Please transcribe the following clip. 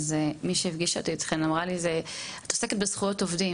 אז מי שהפגישה אותי אתכן אמרה לי: ״את עוסקת בזכויות עובדים,